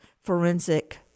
forensic